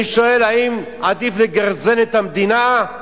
אני שואל: האם עדיף לגרזן את המדינה?